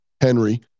Henry